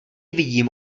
vidím